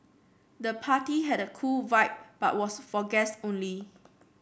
the party had a cool vibe but was for guests only